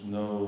no